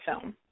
film